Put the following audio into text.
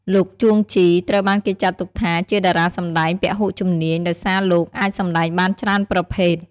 លោក ជួង ជី ត្រូវបានគេចាត់ទុកថាជាតារាសម្តែងពហុជំនាញ ដោយសារលោកអាចសម្តែងបានច្រើនប្រភេទ។